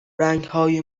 رنگهای